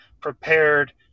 prepared